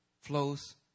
flows